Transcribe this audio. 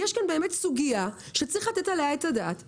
יש כאן באמת סוגיה שצריך לתת עליה את הדעת,